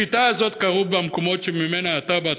לשיטה הזאת קראו במקומות שמהם אתה באת,